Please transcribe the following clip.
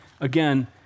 Again